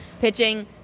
Pitching